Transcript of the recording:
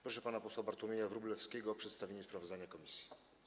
Proszę pana posła Bartłomieja Wróblewskiego o przedstawienie sprawozdania komisji.